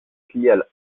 filiales